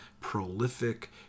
prolific